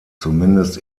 zumindest